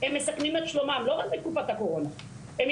כשבעצם המאמצים בתקופת הקורונה מכוונים